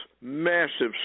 massive